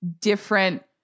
different